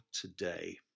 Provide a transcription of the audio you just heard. today